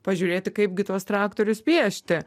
pažiūrėti kaip gi tuos traktorius piešti